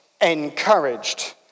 encouraged